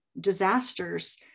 disasters